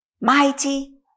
Mighty